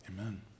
amen